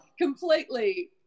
completely